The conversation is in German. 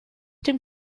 dem